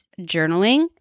journaling